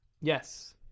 Yes